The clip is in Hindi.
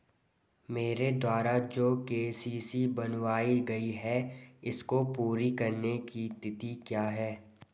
मेरे द्वारा जो के.सी.सी बनवायी गयी है इसको पूरी करने की तिथि क्या है?